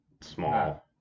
small